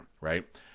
right